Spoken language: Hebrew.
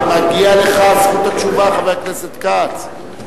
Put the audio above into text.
מגיעה לך זכות התשובה, חבר הכנסת כץ.